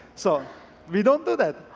so we don't do that.